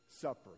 Supper